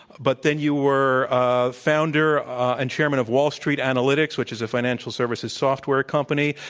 but then you were ah a founder and chairman of wall street analytics, which is a financial services software company.